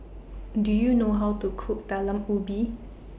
Do YOU know How to Cook Talam Ubi